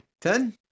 Ten